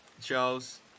Charles